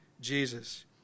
Jesus